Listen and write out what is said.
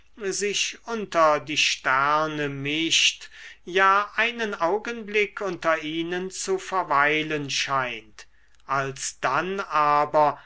sich unter die sterne mischt ja einen augenblick unter ihnen zu verweilen scheint alsdann aber